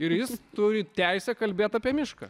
ir jis turi teisę kalbėt apie mišką